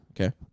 Okay